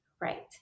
Right